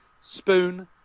spoon